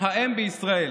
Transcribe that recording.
האם בישראל